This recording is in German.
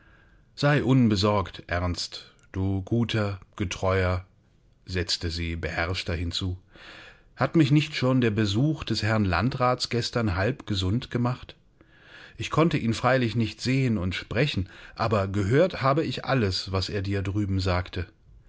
sei unbesorgt ernst du guter getreuer setzte sie beherrschter hinzu hat mich nicht schon der besuch des herrn landrats gestern halb gesund gemacht ich konnte ihn freilich nicht sehen und sprechen aber gehört habe ich alles was er dir drüben sagte